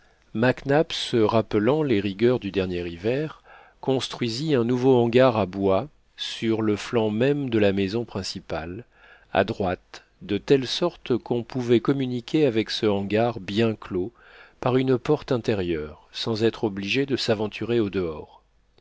nap se rappelant les rigueurs du dernier hiver construisit un nouveau hangar à bois sur le flanc même de la maison principale à droite de telle sorte qu'on pouvait communiquer avec ce hangar bien clos par une porte intérieure sans être obligé de s'aventurer au-dehors